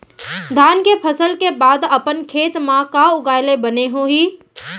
धान के फसल के बाद अपन खेत मा का उगाए ले बने होही?